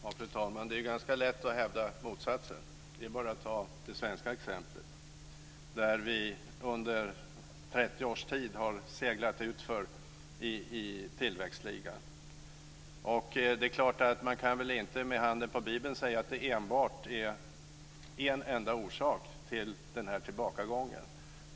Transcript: Fru talman! Det är ganska lätt att hävda motsatsen. Det är bara att ta det svenska exemplet där vi under 30 års tid har seglat utför i tillväxtligan. Det är klart att man inte med handen på Bibeln säga att det enbart finns en enda orsak till denna tillbakagång.